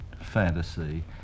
fantasy